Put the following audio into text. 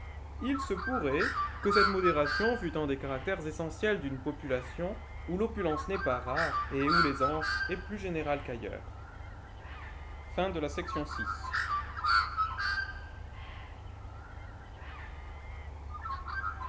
il se pourrait que cette modération fût un des caractères essentiels d'une population où l'opulence n'est pas rare et où l'aisance est plus générale qu'ailleurs